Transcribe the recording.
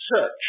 search